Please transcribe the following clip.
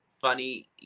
funny